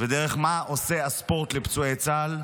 ודרך מה שעושה הספורט לפצועי צה"ל,